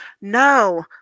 No